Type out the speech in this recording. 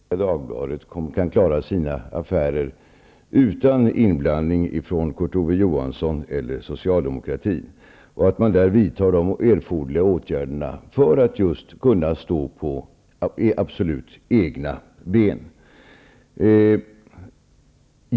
Herr talman! Jag är helt övertygad om att Svenska Dagbladet kan klara sina affärer utan inblandning från Kurt Ove Johansson eller socialdemokratin och att man där vidtar de erforderliga åtgärderna för att just kunna stå på absolut egna ben.